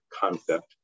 concept